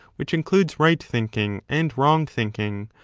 which includes right thinking and wrong thinking,